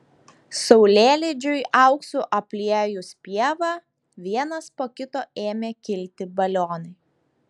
saulėlydžiui auksu apliejus pievą vienas po kito ėmė kilti balionai